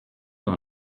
dans